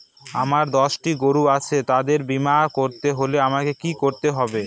আমার দশটি গরু আছে তাদের বীমা করতে হলে আমাকে কি করতে হবে?